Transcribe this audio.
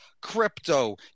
crypto